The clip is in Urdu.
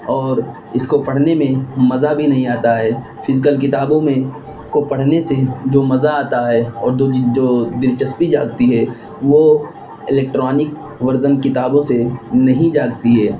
اور اس کو پڑھنے میں مزہ بھی نہیں آتا ہے فزیکل کتابوں میں کو پڑھنے سے جو مزہ آتا ہے اور دو جو دلچسپی جاگتی ہے وہ الیکٹرانک ورزن کتابوں سے نہیں جاگتی ہے